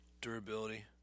Durability